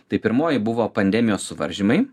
tai pirmoji buvo pandemijos suvaržymai